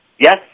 Yes